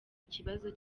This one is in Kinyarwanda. ikibazo